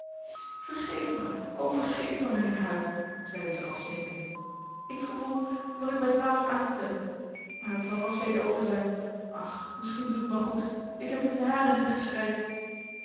vergeef mij mijnheer huyck zeide zij al snikkende ik gevoel dat ik mij dwaas aanstelle maar het zal ras weder over zijn ach misschien doet het mij goed ik heb in jaren niet geschreid